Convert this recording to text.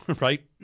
right